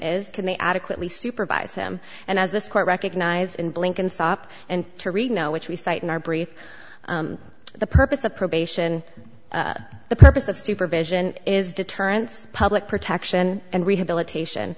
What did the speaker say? is can they adequately supervise him and as this court recognized in blinken stop and to reno which we cite in our brief the purpose of probation the purpose of supervision is deterrence public protection and rehabilitation